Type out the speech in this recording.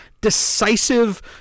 decisive